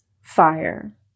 fire